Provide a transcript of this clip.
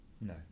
No